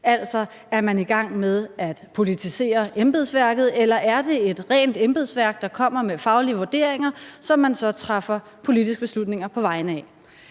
Altså, er man i gang med at politisere embedsværket, eller er det et rent embedsværk, der kommer med faglige vurderinger, som man så træffer politiske beslutninger på vegne af?